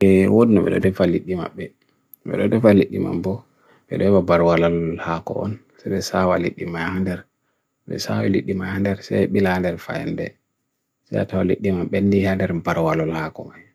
Polar bears ɓe woni sabu ɓe nafoore, kiiki e hawru, puccu giɓe, e nder hokka fowru gallaŋ, ɗiɗi puccu mo to.